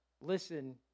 Listen